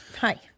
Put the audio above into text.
Hi